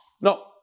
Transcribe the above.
No